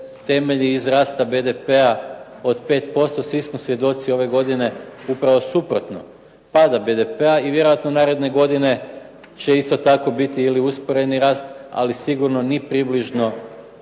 temelji iz rasta BDP-a od 5%. Svi smo svjedoci ove godine upravo suprotno, pada BDP-a i vjerojatno naredne godine će isto tako biti ili usporeni rast, ali sigurno ni približno